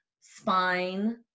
spine